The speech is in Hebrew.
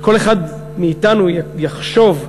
שכל אחד מאתנו יחשוב,